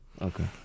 Okay